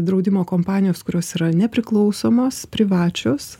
draudimo kompanijos kurios yra nepriklausomos privačios